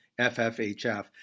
FFHF